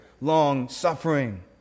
long-suffering